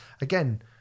again